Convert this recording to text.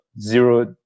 zero